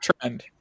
trend